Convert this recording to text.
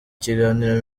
kiganiro